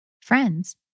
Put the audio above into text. friends